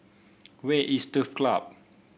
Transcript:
where is Turf Club